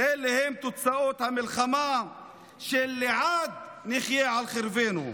אלו הן תוצאות המלחמה של לעד נחיה על חרבנו.